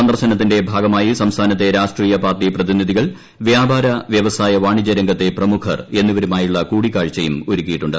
സന്ദർശനത്തീന്റെ ഭാഗമായി സംസ്ഥാനത്തെ രാഷ്ട്രീയ പാർട്ടി പ്രതിനിധികൾ വ്യാപാര വ്യവസായ വാണിജ്യ രംഗത്തെ പ്രമുഖർ എന്നിവരുമായുള്ള കൂടിക്കാഴ്ചയും ഒരുക്കിയിട്ടുണ്ട്